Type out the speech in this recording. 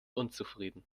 unzufrieden